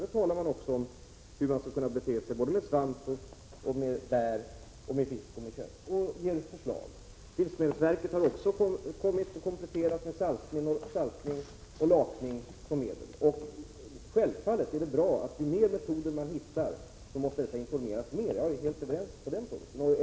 Där talas det om hur man skall bete sig med svamp, bär, fisk och kött. Livsmedelsverket har också kompletterat med uppgifter om saltning och lakning som medel att minska föroreningshalterna. Ju fler metoder man hittar, desto mer information måste självfallet ges ut. Jag är helt överens med John Andersson på den punkten.